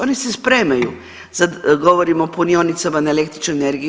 Oni se spremaju, sad govorim o punionicama na električnu energiju.